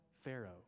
Pharaoh